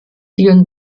vielen